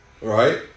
Right